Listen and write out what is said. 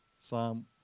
Psalm